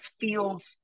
feels